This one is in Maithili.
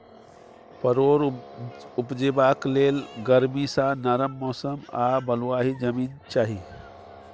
परोर उपजेबाक लेल गरमी सँ नरम मौसम आ बलुआही जमीन चाही